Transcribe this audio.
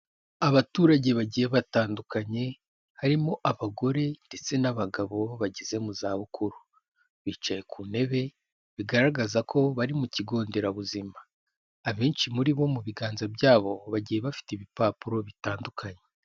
Abaturage bagiye batandukanye harimo abagore ndetse n'abagabo bageze mu zabukuru bicaye ku ntebe, bigaragaza ko bari mu kigo nderabuzima, abenshi muri bo mu biganza byabo bagiye bafite ibipapuro bitandukanye.